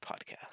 podcast